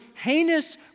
heinous